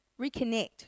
reconnect